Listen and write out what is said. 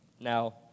Now